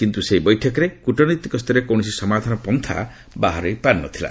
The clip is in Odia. କିନ୍ତୁ ସେହି ବୈଠକରେ କୁଟନୈତିକ ସ୍ତରରେ କୌଣସି ସମାଧାନ ପନ୍ଥା ବାହାରି ପାରି ନଥିଲା